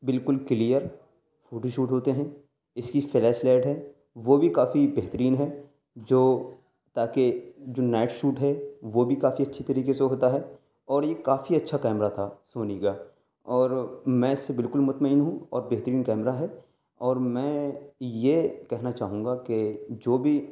بالکل clear photo shoot ہوتے ہیں اس کی فلیش لائٹ ہے وہ بھی کافی بہترین ہے جو تا کہ جو نائٹ شوٹ ہے وہ بھی کافی اچّھی طریقے سے ہوتا ہے اور یہ کافی اچّھا کیمرہ تھا سونی کا اور میں اس سے بالکل مطمئن ہوں اور بہترین کیمرہ ہے اور میں یہ کہنا چاہوں گا کہ جو بھی